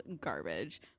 garbage